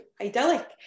idyllic